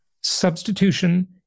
substitution